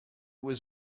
was